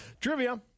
Trivia